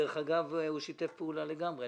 דרך אגב, הוא שיתף פעולה לגמרי.